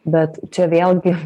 bet čia vėlgi